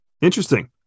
Interesting